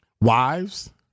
Wives